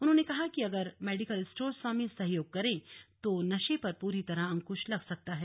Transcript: उन्होंने कहा कि अगर मेडिकल स्टोर स्वामी सहयोग करें तो नशे पर पूरी तरह अंकुश लग सकता है